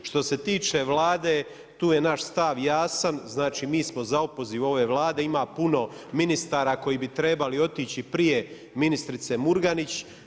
Što se tiče Vlade, tu je naš stav jasan, znači mi smo za opoziv ove Vlade, ima puno ministara koji bi trebali otići prije ministrice Murganić.